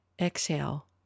Exhale